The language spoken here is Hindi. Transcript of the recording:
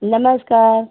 नमस्कार